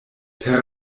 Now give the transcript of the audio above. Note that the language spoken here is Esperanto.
per